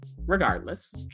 regardless